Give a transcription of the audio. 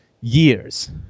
years